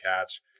catch